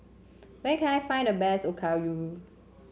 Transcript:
where can I find the best Okayu